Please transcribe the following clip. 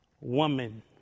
woman